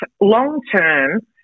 long-term